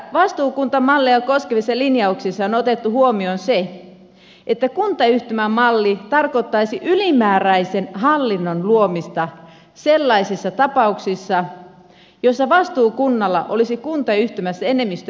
vastuukuntamallia koskevissa linjauksissa on otettu huomioon se että kuntayhtymämalli tarkoittaisi ylimääräisen hallinnon luomista sellaisissa tapauksissa joissa vastuukunnalla olisi kuntayhtymässä enemmistö äänivallasta